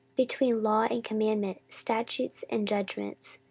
between law and commandment, statutes and judgments,